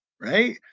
Right